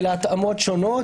ולהתאמות שונות.